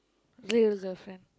real girlfriend